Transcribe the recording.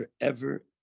forever